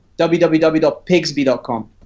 www.pigsby.com